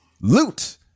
loot